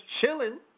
chilling